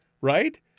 Right